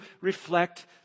reflect